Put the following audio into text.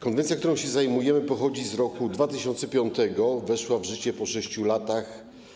Konwencja, którą się zajmujemy, pochodzi z roku 2005, weszła w życie po 6 latach.